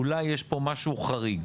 אולי יש פה משהו חריג?